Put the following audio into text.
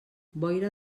boira